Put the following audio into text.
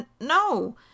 No